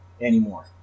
anymore